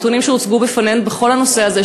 הנתונים שהוצגו בפנינו בכל הנושא הזה,